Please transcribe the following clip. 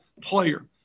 player